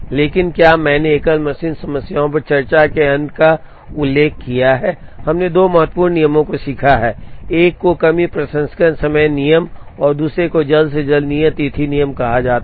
लेकिन क्या मैंने एकल मशीन समस्याओं पर चर्चा के अंत का उल्लेख किया है हमने दो महत्वपूर्ण नियमों को सीखा है एक को कमी प्रसंस्करण समय नियम और दूसरे को जल्द से जल्द नियत तिथि नियम कहा जाता है